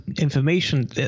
information